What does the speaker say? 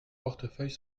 portefeuille